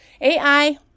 AI